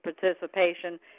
participation